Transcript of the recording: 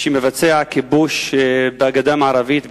שמבצע הכיבוש בגדה המערבית,